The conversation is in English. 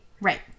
Right